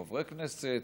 חברי כנסת,